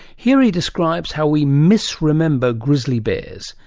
here he describes how we misremember grizzly bears,